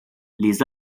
les